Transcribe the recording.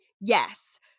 Yes